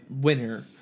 winner